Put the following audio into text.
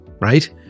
Right